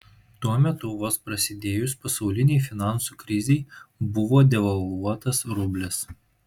tuo metu vos prasidėjus pasaulinei finansų krizei buvo devalvuotas rublis